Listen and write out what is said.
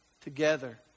together